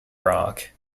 rock